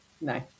no